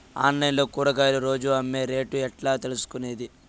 Online లో కూరగాయలు రోజు అమ్మే రేటు ఎట్లా తెలుసుకొనేది?